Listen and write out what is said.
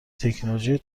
تکنولوژی